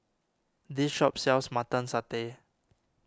this shop sells Mutton Satay